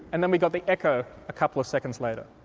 and then we got the echo a couple of seconds later.